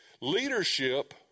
Leadership